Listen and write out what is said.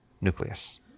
nucleus